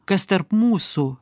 kas tarp mūsų